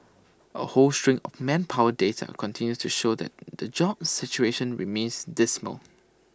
A whole string of manpower data continues to show that the jobs situation remains dismal